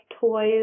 toys